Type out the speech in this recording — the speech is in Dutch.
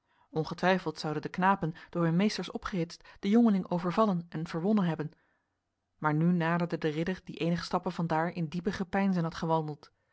ongetwijfeld zouden de knapen door hun meesters opgehitst de jongeling overvallen en verwonnen hebben maar nu naderde de ridder die enige stappen van daar in diepe gepeinzen had gewandeld